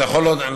אתה יכול לומר,